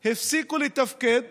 הם הפסיקו לתפקד